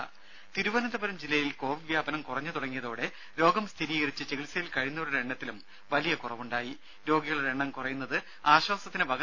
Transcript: രുഭ തിരുവനന്തപുരം ജില്ലയിൽ കോവിഡ് വ്യാപനം കുറഞ്ഞുതുടങ്ങിയതോടെ രോഗം സ്ഥിരീകരിച്ചു ചികിത്സയിൽ കഴിയുന്നവരുടെ എണ്ണത്തിലും വലിയ രോഗികളുടെ എണ്ണം കുറയുന്നത് ആശ്വാസത്തിനു കുറവുണ്ടായി